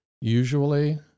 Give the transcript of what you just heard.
usually